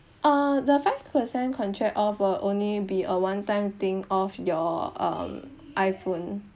uh the five percent contract of will only be a one time thing of your um iphone